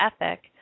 ethic